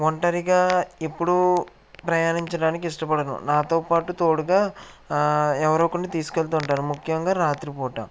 ఒంటరిగా ఎప్పుడు ప్రయాణించడానికి ఇష్టపడను నాతోపాటు తోడుగా ఎవరో ఒకరిని తీసుకెళ్తుంటాను ముఖ్యంగా రాత్రిపూట